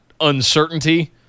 uncertainty